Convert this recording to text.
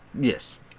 Yes